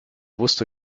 wusste